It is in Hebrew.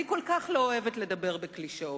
אני כל כך לא אוהבת לדבר בקלישאות,